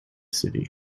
city